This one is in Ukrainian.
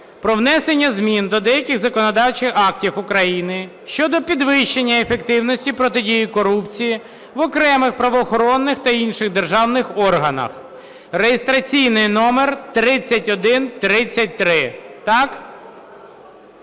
про внесення змін до деяких законодавчих актів України щодо підвищення ефективності протидії корупції в окремих правоохоронних та інших державних органах (реєстраційний номер 3133).